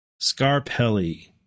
Scarpelli